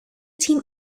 team